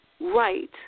right